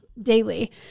Daily